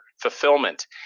fulfillment